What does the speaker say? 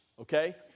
okay